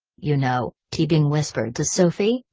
you know, teabing whispered to sophie,